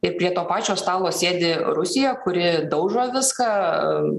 ir prie to pačio stalo sėdi rusija kuri daužo viską